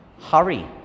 Hurry